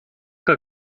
que